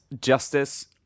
Justice